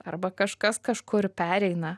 arba kažkas kažkur pereina